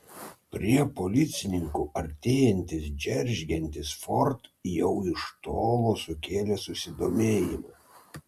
prie policininkų artėjantis džeržgiantis ford jau iš tolo sukėlė susidomėjimą